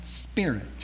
spirit